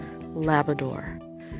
Labrador